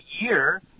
year